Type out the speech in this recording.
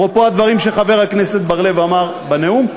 אפרופו הדברים שחבר הכנסת בר-לב אמר בנאום,